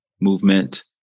movement